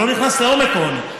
אני לא נכנס לעומק העוני,